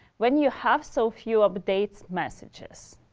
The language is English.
when you have so few updates messages?